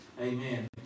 Amen